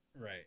right